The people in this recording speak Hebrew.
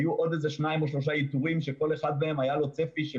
היו עוד איזה שניים או שלושה שלכל אחד היה צפי של